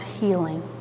healing